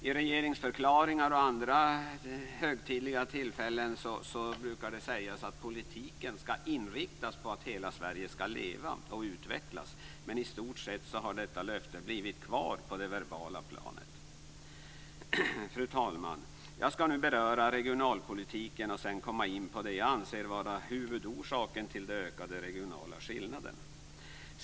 I regeringsförklaringar och vid andra högtidliga tillfällen brukar det sägas att politiken ska inriktas på att hela Sverige ska leva och utvecklas men i stort sett har detta löfte blivit kvar på det verbala planet. Fru talman! Jag ska nu beröra regionalpolitiken för att sedan komma in på det som jag anser vara huvudorsaken till de ökade regionala skillnaderna.